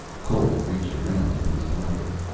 cole reached around in his pockets.